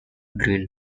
green